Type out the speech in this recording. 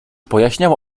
pojaśniało